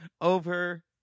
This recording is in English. over